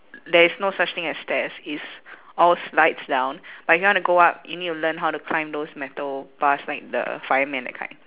there is no such thing as stairs it's all slides down but if you want to go up you need to learn how to climb those metal bars like the fireman that kind